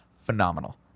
Phenomenal